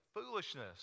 Foolishness